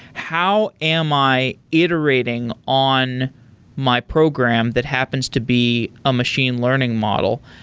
how am i iterating on my program that happens to be a machine learning model?